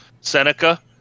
Seneca